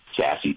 sassy